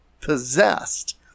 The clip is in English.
possessed